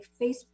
Facebook